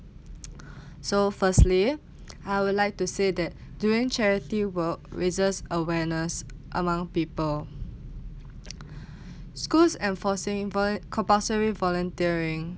so firstly I would like to say that doing charity work we just awareness among people schools enforcing vo~ compulsory volunteering